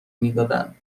میدادن